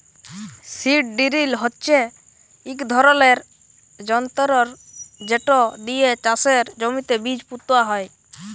seed drill হচ্যে ইক ধরলের যনতর যেট দিয়ে চাষের জমিতে বীজ পুঁতা হয়